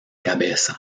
cabeza